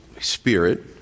spirit